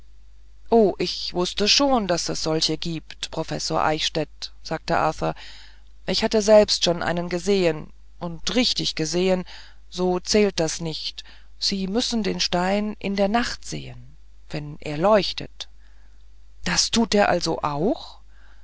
o ich wußte schon daß es solche gibt professor eichstädt sagte arthur ich hatte selbst schon einen gesehen und richtig gesehen so zählt das nicht sie müssen den stein in der nacht sehen wenn er leuchtet das tut er also auch